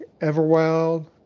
Everwild